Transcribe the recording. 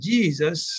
Jesus